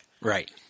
Right